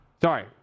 Sorry